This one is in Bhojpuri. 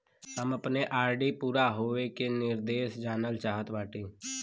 हम अपने आर.डी पूरा होवे के निर्देश जानल चाहत बाटी